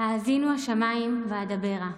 "האזינו השמים ואדברה.